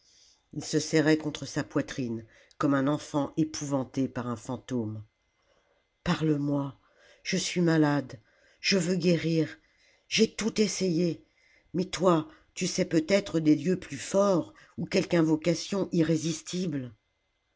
il se serrait contre sa poitrine comme un enfant épouvanté par un fantôme parle-moi je suis malade je veux guérir j'ai tout essayé mais toi tu sais peut-être des dieux plus forts ou quelque invocation irrésistible